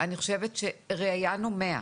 ראיינו מאה.